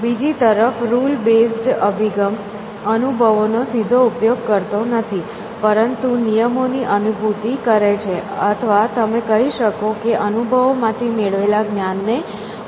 બીજી તરફ rule based અભિગમ અનુભવોનો સીધો ઉપયોગ કરતો નથી પરંતુ નિયમોની અનુભૂતિ કરે છે અથવા તમે કહી શકો છો કે અનુભવોમાંથી મેળવેલા જ્ઞાન ને અવગણશે